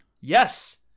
yes